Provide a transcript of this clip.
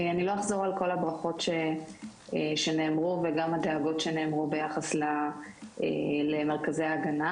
אני לא אחזור על כל הברכות וגם הדאגות שנאמרו ביחס למרכזי ההגנה.